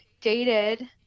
dated –